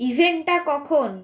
ইভেন্টটা কখন